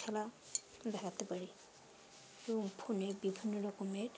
খেলা দেখাতে পারি এবং ফোনে বিভিন্ন রকমের